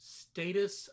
status